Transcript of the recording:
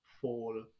fall